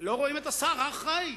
לא רואים את השר האחראי.